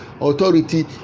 Authority